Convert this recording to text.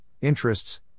interests